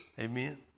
Amen